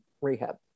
rehab